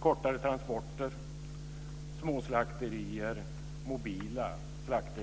kortare transporter, små slakterier, mobila slakterier.